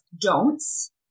don'ts